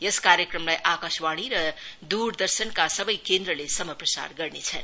यस कार्यक्रमलाई आकाशवाणी र दूरदर्शनका सवै केन्द्रले समप्रसार गर्नेछन्